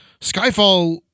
Skyfall